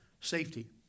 safety